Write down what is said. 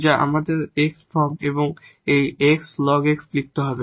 তা আমাদের x form এবং এই 𝑥 ln 𝑥 লিখতে হবে